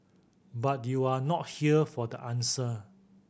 but you're not here for the answer